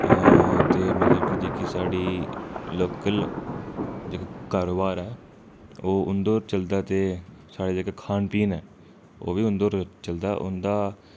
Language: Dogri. ते मतलब की जेह्की साढ़ी लोकल जेह्ड़ा कारोबार ऐ ओ उंदे पर चलदा ते साढ़ा जेह्का खान पीन ऐ ओह् बी उं'दे पर चलदा उं'दा